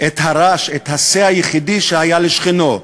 את הרש, את השה היחידי שהיה לשכנו.